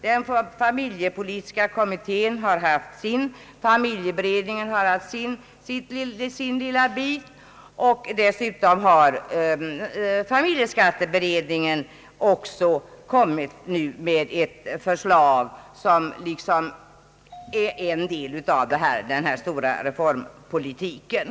Den familjepolitiska kommittén har haft sin bit, familjeberedningen har haft sin lilla bit, och dessutom har familjeskatteberedningen nu lagt fram ett förslag som är en del av den här omfattande reformpolitiken.